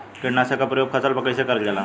कीटनाशक क प्रयोग फसल पर कइसे करल जाला?